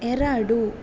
ಎರಡು